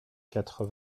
quatre